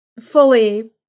fully